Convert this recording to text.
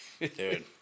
Dude